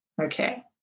Okay